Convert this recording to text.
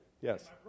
Yes